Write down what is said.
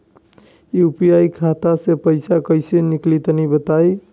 UPI खाता से पइसा कइसे निकली तनि बताई?